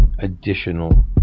additional